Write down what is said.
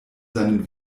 seinen